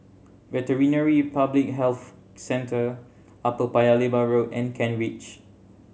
Veterinary Public Health Centre Upper Paya Lebar Road and Kent Ridge